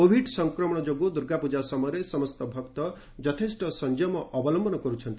Covid ସଂକ୍ରମଣ ଯୋଗୁଁ ଦୁର୍ଗାପୂଜା ସମୟରେ ସମସ୍ତ ଭକ୍ତ ଯଥେଷ୍ଟ ସଂଯମ ଅବଲମ୍ଭନ କରୁଛନ୍ତି